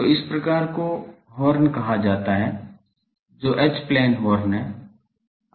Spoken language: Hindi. तो इस प्रकार को हॉर्न कहा जाता है जो एच प्लेन हॉर्न है